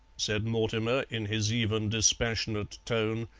said mortimer in his even, dispassionate tone,